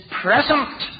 present